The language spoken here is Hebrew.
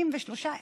53,000,